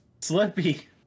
Slippy